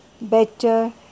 better